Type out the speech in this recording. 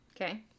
Okay